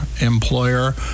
employer